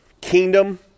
kingdom